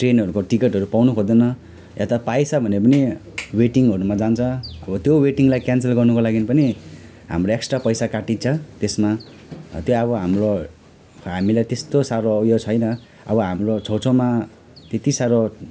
ट्रेनहरूको टिकटहरू पाउनु खोज्दैन यता पाएछ भने पनि वेटिङहरूमा जान्छ अब त्यो वेटिङलाई क्यान्सल गर्नुको लागि पनि हाम्रो एक्स्ट्रा पैसा काटिन्छ त्यसमा त्यो अब हाम्रो हामीलाई त्यस्तो साह्रो उयो छैन अब हाम्रो छेउछेउमा त्यत्ति साह्रो